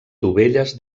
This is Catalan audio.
dovelles